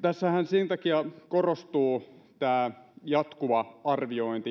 tässähän sen takia korostuu tämä jatkuva arviointi